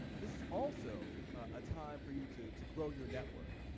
this is also a time for you to to grow your network.